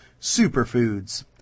superfoods